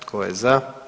Tko je za?